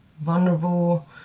vulnerable